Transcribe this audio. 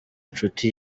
nshuti